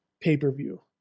pay-per-view